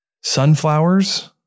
sunflowers